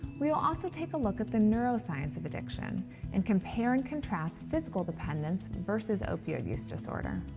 we will also take a look at the neuroscience of addiction and compare and contrast physical dependence versus opioid use disorder.